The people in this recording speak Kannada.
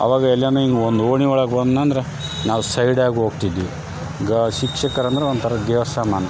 ಆವಾಗ ಎಲ್ಲಾರು ಹಿಂಗೆ ಒಂದು ಓಣಿ ಒಳಗೆ ಬಂದಂದ್ರೆ ನಾವು ಸೈಡಾಗಿ ಹೋಗ್ತಿದ್ವಿ ಈಗ ಶಿಕ್ಷಕರು ಅಂದ್ರೆ ಒಂಥರ ದೇವ್ರ ಸಮಾನ